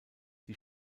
die